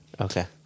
Okay